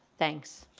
thanks.